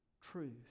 truth